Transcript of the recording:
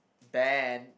banned